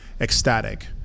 ecstatic